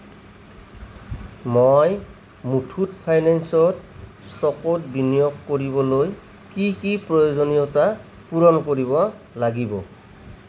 মই মুথুত ফাইনেন্সত ষ্টকত বিনিয়োগ কৰিবলৈ কি কি প্ৰয়োজনীয়তা পূৰণ কৰিব লাগিব